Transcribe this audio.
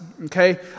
Okay